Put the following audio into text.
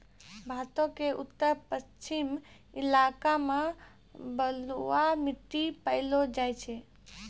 भारतो के उत्तर पश्चिम इलाका मे बलुआ मट्टी पायलो जाय छै